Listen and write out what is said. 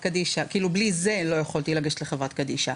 בלי זה לא יכולתי לגשת לחברת קדישא.